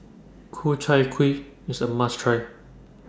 Ku Chai Kuih IS A must Try